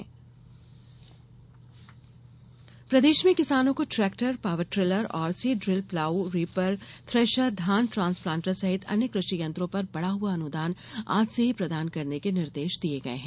कृषि विकास मंत्री प्रदेश में किसानों को tractor power tiller seed drill plough reaper thresher धान ट्रांसप्लांटर सहित अन्य क्रषि यंत्रों पर बढ़ा हुआ अनुदान आज से ही प्रदान करने के निर्देश दिये गये हैं